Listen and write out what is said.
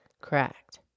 Correct